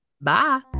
bye